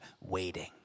waiting